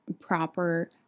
proper